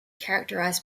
characterised